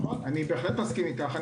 אני בהחלט מסכים איתך.